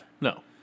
no